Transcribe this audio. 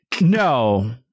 No